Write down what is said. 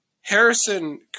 Harrison